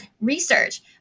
research